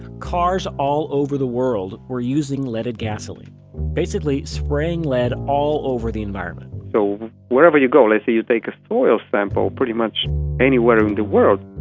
cars all over the world were using leaded gasoline basically spraying lead all over the environment so wherever you go, let's say you take soil sample pretty much anywhere in the world,